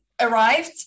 arrived